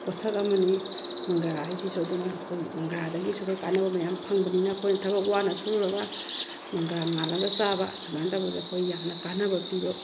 ꯄꯣꯠꯁꯛ ꯑꯃꯅꯤ ꯃꯪꯒ꯭ꯔꯥ ꯍꯥꯏꯁꯤꯁꯨ ꯑꯗꯨꯅ ꯑꯩꯈꯣꯏ ꯃꯪꯒ꯭ꯔꯥꯗꯒꯤꯁꯨ ꯑꯩꯈꯣꯏ ꯀꯥꯟꯅꯕ ꯃꯌꯥꯝ ꯐꯪꯕꯅꯤꯅ ꯑꯩꯈꯣꯏꯅ ꯊꯕꯛ ꯋꯥꯅ ꯁꯨꯔꯨꯔꯒ ꯃꯪꯒ꯭ꯔꯥ ꯉꯥꯜꯂꯒ ꯆꯥꯕ ꯁꯨꯃꯥꯏꯅ ꯇꯧꯕꯁꯦ ꯑꯩꯈꯣꯏ ꯌꯥꯝꯅ ꯀꯥꯟꯅꯕ ꯄꯤꯕ